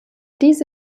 diese